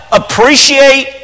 appreciate